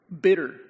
bitter